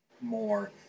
more